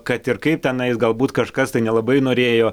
kad ir kaip tenais galbūt kažkas tai nelabai norėjo